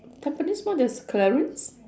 tampines mall there's clarins